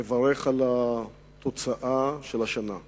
אני רוצה לברך על התוצאה של השנה.